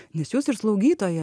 nes jūs ir slaugytoja